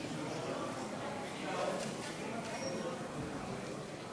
ההצעה לא התקבלה.